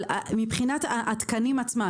אבל מבחינת התקנים עצמם,